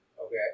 Okay